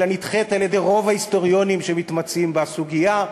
אלא נדחית על-ידי רוב ההיסטוריונים שמתמצאים בסוגיה.